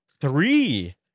three